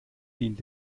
dient